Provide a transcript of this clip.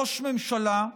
ראש ממשלה,